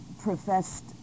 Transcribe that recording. professed